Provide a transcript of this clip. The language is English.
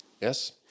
Yes